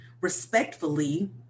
respectfully